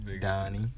Donnie